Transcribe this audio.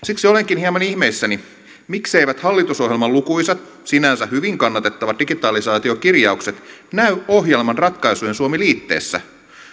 siksi olenkin hieman ihmeissäni mikseivät hallitusohjelman lukuisat sinänsä hyvin kannatettavat digitalisaatiokirjaukset näy ohjelman ratkaisujen suomi liitteessä